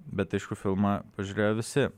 bet aišku filmą pažiūrėjo visi